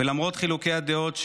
ולמרות חילוקי הדעות,